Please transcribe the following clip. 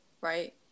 right